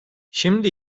şimdi